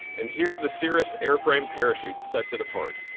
and here the cirrus airframe parachute sets it apart.